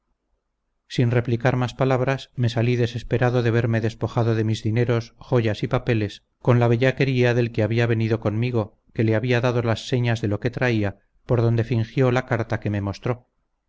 sin replicar más palabras me salí desesperado de verme despojado de mis dineros joyas y papeles con la bellaquería del que había venido conmigo que le había dado las señas de lo que traía por donde fingió la carta que me mostró